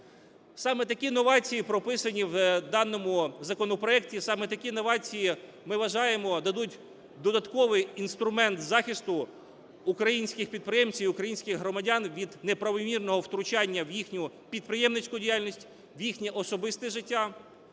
Саме такі новації прописані в даному законопроекті, саме такі новації, ми вважаємо, дадуть додатковий інструмент захисту українських підприємців, українських громадян від неправомірного втручання в їхню підприємницьку діяльність, в їхнє особисте життя,